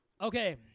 Okay